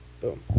Boom